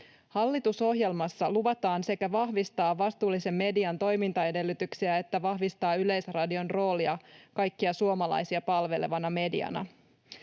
Hallitusohjelmassa luvataan vahvistaa sekä vastuullisen median toimintaedellytyksiä että Yleisradion roolia kaikkia suomalaisia palvelevana mediana.